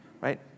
Right